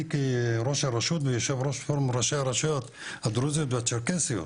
כראש הרשות ויושב ראש פורום ראשי הרשויות הדרוזיות והצ'רקסיות,